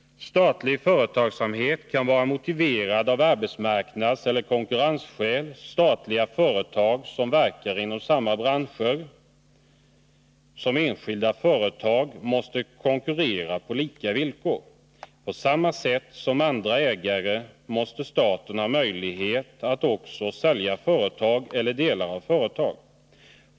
Statlig företagsamhet kan vara motiverad av arbetsmarknadseller konkurrensskäl. Statliga företag som verkar inom samma branscher som enskilda företag måste konkurrera på lika villkor. På samma sätt som andra ägare måste staten ha möjlighet att också sälja företag eller delar av företag.